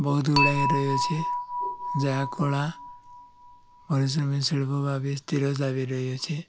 ବହୁତ ଗୁଡ଼ାଏ ରହିଅଛି ଯାହା କଳା ପରିଶ୍ରମୀ ଶିଳ୍ପ ଭାବେ ସ୍ଥିରତା ବି ରହିଅଛି